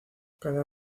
cada